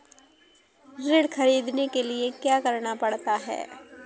ऋण ख़रीदने के लिए क्या करना पड़ता है?